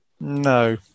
No